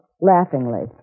laughingly